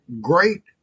great